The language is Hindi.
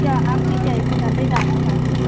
क्या आपकी क्या इच्छा ले जाना चाहते हैं